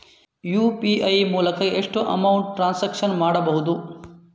UPI ಮೂಲಕ ಎಷ್ಟು amount transaction ಮಾಡಬಹುದು?